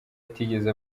atigeze